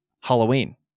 halloween